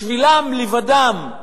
בשבילם, לבדם,